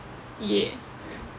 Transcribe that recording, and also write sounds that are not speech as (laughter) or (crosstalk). ya (laughs)